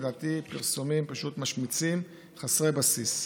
לדעתי פרסומים פשוט משמיצים וחסרי בסיס.